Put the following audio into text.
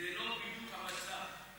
זה לא בדיוק המצב.